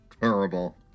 Terrible